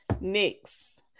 Next